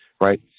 Right